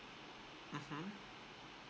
mmhmm